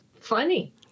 funny